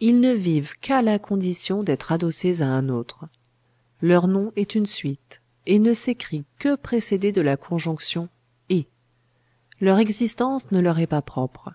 ils ne vivent qu'à la condition d'être adossés à un autre leur nom est une suite et ne s'écrit que précédé de la conjonction et leur existence ne leur est pas propre